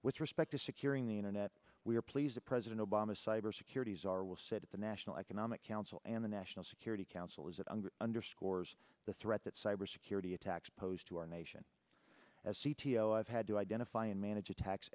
with respect to securing the internet we are pleased that president obama cybersecurity czar will sit at the national economic council and the national security council is that underscores the threat that cyber security attacks pose to our nation as c t o i've had to identify and manage attacks